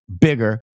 bigger